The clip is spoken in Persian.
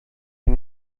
این